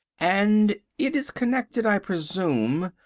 and it is connected, i presume,